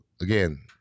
again